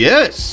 Yes